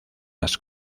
las